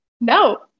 No